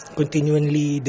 continually